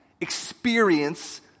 experience